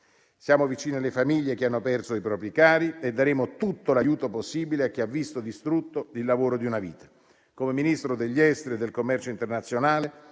Siamo vicini alle famiglie che hanno perso i propri cari e daremo tutto l'aiuto possibile a chi ha visto distrutto il lavoro di una vita. Come Ministro degli affari esteri e del commercio internazionale